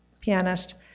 pianist